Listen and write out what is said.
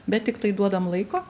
bet tiktai duodam laiko